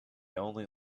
only